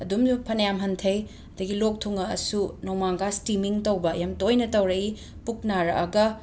ꯑꯗꯨꯝ ꯐꯅꯌꯥꯝ ꯍꯟꯊꯩ ꯑꯗꯒꯤ ꯂꯣꯛ ꯊꯨꯡꯉꯛꯑꯁꯨ ꯅꯣꯡꯃꯥꯡꯈꯥ ꯁ꯭ꯇꯤꯃꯤꯡ ꯇꯧꯕ ꯌꯥꯝ ꯇꯣꯏꯅ ꯇꯧꯔꯛꯏ ꯄꯨꯛ ꯅꯥꯔꯛꯑꯒ